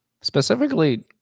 Specifically